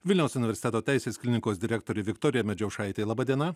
vilniaus universiteto teisės klinikos direktorė viktorija medžiaušaitė laba diena